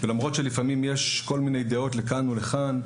ולמרות שלפעמים יש כל מיני דעות לכאן ולכאן,